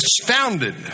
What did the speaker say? astounded